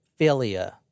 philia